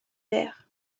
vert